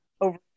over